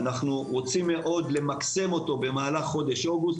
אנחנו רוצים מאוד למקסם אותו במהלך חודש אוגוסט,